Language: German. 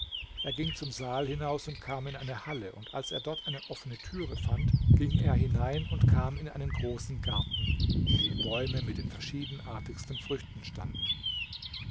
er ging zum saal hinaus und kam in eine halle und als er dort eine offene türe fand ging er hinein und kam in einen großen garten in dem bäume mit den verschiedenartigsten früchten standen